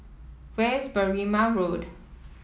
where is Berrima Road